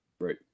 right